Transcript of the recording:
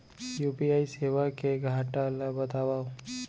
UPI सेवा के घाटा ल बतावव?